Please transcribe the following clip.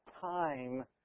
time